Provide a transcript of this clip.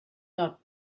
not